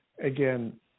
again